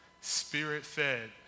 spirit-fed